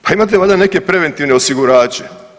Pa imate valjda neke preventivne osigurače?